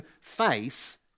face